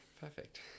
Perfect